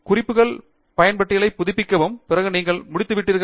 குறிப்புகள் பட்டியலைப் புதுப்பிக்கவும் பிறகு நீங்கள் முடித்துவிட்டீர்கள்